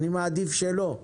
אני מעדיף שלא.